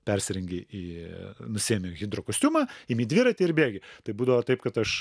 persirengi i nusiimi hidrokostiumą imi dviratį ir bėgi tai būdavo taip kad aš